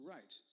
Right